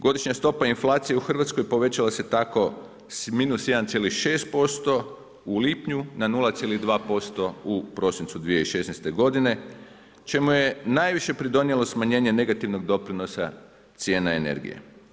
Godišnja stopa inflacije u Hrvatskoj povećala se tako s -1,6% u lipnju na 0,2% u prosincu 2016. godine čemu je najviše pridonijelo smanjenje negativnog doprinosa cijene energije.